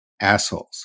assholes